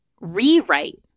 rewrite